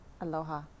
Aloha